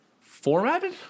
Formatted